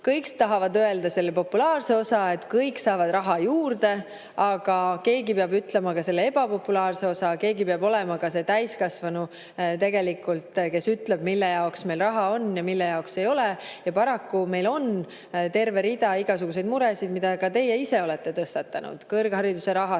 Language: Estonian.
kõik tahavad öelda selle populaarse osa, et kõik saavad raha juurde, aga keegi peab ütlema ka selle ebapopulaarse osa, keegi peab olema ka see täiskasvanu, kes ütleb, mille jaoks meil raha on ja mille jaoks ei ole. Paraku meil on terve rida igasuguseid muresid, mida ka teie ise olete tõstatanud, nagu kõrghariduse